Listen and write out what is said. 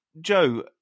Joe